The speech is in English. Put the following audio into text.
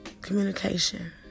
communication